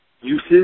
uses